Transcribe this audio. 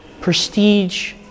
prestige